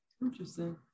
Interesting